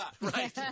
Right